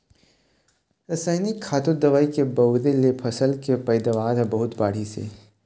रसइनिक खातू, दवई के बउरे ले फसल के पइदावारी ह बहुत बाढ़िस हे